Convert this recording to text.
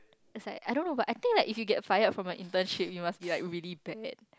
it's like I don't know but I think like if you get fired from the internship you must be like really bad